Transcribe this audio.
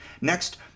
Next